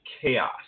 chaos